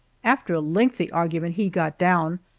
after a lengthy argument he got down,